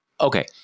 okay